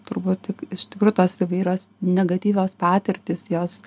turbūt tik iš tikrųjų tos įvairios negatyvios patirtys jos